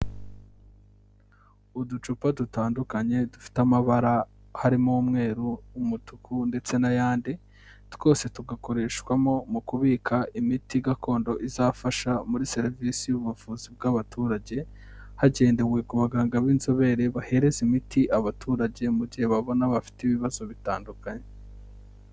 Uducupa dutandukanye dufite amabara harimo umweru, umutuku ndetse n'ayandi, twose tugakoreshwamo mu kubika imiti gakondo izafasha muri serivisi y'ubuvuzi bw'abaturage, hagendewe ku baganga b'inzobere bahereza imiti abaturage mu gihe babona bafite ibibazo bitandukanye.